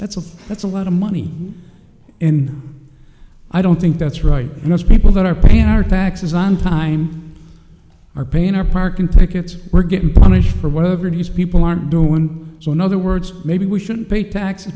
that's a that's a lot of money in i don't think that's right and those people that are paying our taxes on time or paying our parking tickets we're getting punished for whatever it is people aren't doing so in other words maybe we shouldn't be taxe